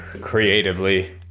creatively